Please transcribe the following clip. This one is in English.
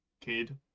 kid